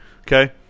okay